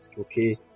okay